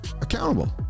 accountable